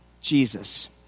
Jesus